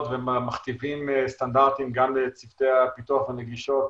ומכתיבים סטנדרטים גם לצוותי פיתוח הנגישות,